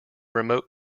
remote